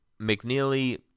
McNeely